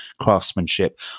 craftsmanship